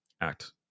act